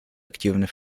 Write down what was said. активный